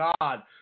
God